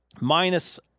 Minus